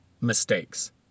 mistakes